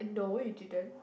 uh no you didn't